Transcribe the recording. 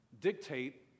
dictate